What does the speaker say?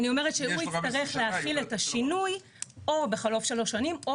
אני אומרת שהוא יצטרך להחיל את השינוי או בחלוף שלוש שנים או